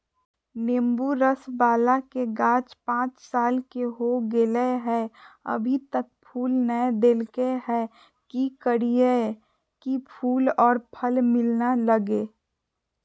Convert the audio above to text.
नेंबू रस बाला के गाछ पांच साल के हो गेलै हैं अभी तक फूल नय देलके है, की करियय की फूल और फल मिलना लगे?